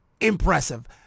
impressive